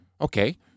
Okay